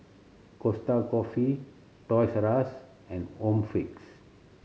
Costa Coffee Toys R Us and Home Fix